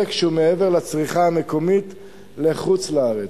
שהוא מעבר לצריכה המקומית לחוץ-לארץ.